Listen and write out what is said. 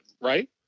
right